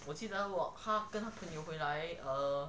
我记得他跟朋友回来 then err